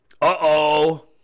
uh-oh